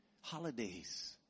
holidays